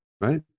right